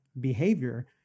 behavior